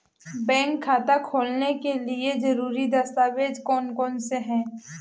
Bank खाता खोलने के लिए ज़रूरी दस्तावेज़ कौन कौनसे हैं?